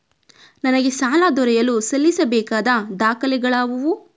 ನನಗೆ ಸಾಲ ದೊರೆಯಲು ಸಲ್ಲಿಸಬೇಕಾದ ದಾಖಲೆಗಳಾವವು?